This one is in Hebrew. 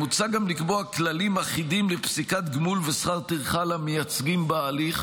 מוצע גם לקבוע כללים אחידים לפסיקת גמול ושכר טרחה למייצגים בהליך,